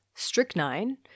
strychnine